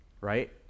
right